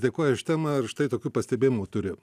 dėkoja už temą ir štai tokių pastebėjimų turi